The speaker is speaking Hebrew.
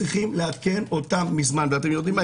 אתם יודעים מה?